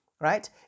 right